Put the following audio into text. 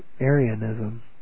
Arianism